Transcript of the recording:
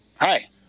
Hi